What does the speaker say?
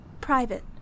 private